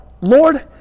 Lord